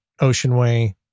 Oceanway